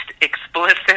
explicit